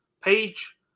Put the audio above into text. page